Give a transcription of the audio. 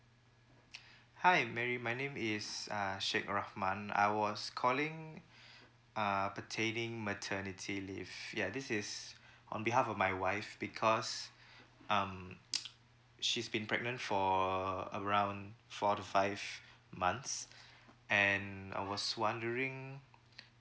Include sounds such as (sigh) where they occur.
(breath) hi mary my name is uh syed rahman I was calling (breath) uh pertaining maternity leave ya this is on behalf of my wife because (breath) um (noise) she's been pregnant for around four to five months (breath) and I was wondering